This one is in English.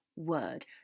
word